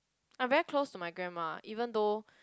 I'm very close to my grandma even though